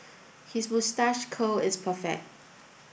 his moustache curl is perfect